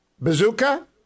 Bazooka